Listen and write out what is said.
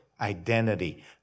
identity